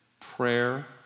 Prayer